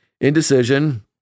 indecision